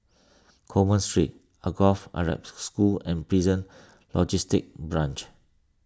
Coleman Street Alsagoff Arab School and Prison Logistic Branch